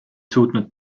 suutnud